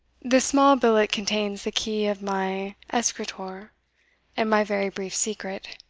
this small billet contains the key of my escritoir and my very brief secret.